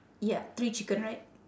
ya three chicken right